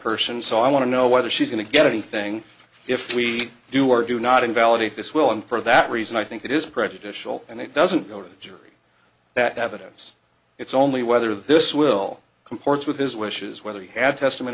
person so i want to know whether she's going to get anything if we do or do not invalidate this will and for that reason i think it is prejudicial and it doesn't go to the jury that evidence it's only whether this will comports with his wishes whether he had testament